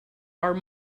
are